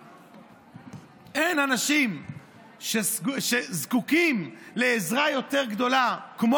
אין אנשים שזקוקים לעזרה יותר גדולה כמו